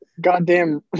goddamn